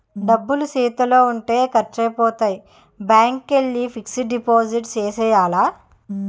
డబ్బులు సేతిలో ఉంటే ఖర్సైపోతాయి బ్యాంకికెల్లి ఫిక్సడు డిపాజిట్ సేసియ్యాల